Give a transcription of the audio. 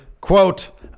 Quote